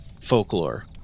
folklore